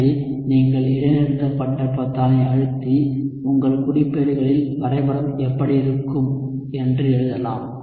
எனவே நீங்கள் இடைநிறுத்தப்பட்ட பொத்தானை அழுத்தி உங்கள் குறிப்பேடுகளில் வரைபடம் எப்படி இருக்கும் என்று எழுதலாம்